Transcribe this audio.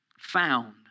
Found